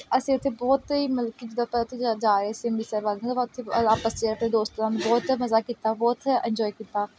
ਅਸੀਂ ਉੱਥੇ ਬਹੁਤ ਹੀ ਮਲਤਬ ਕਿ ਜਿੱਦਾਂ ਆਪਾਂ ਉੱਥੇ ਜਾ ਜਾ ਰਹੇ ਸੀ ਅੰਮ੍ਰਿਤਸਰ ਵੱਲ ਆਪਾਂ ਉੱਥੇ ਆਪਸ 'ਚ ਆਪਣੇ ਦੋਸਤਾਂ ਨੂੰ ਬਹੁਤ ਮਜ਼ਾ ਕੀਤਾ ਬਹੁਤ ਸਾਰਾ ਇੰਜੋਏ ਕੀਤਾ